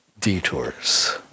detours